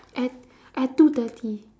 at at two thirty